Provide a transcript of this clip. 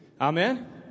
Amen